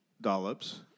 Dollops